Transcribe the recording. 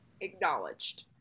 acknowledged